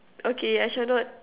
okay I shall not